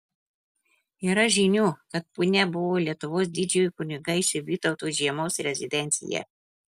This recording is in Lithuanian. yra žinių kad punia buvo lietuvos didžiojo kunigaikščio vytauto žiemos rezidencija